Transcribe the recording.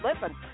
Listen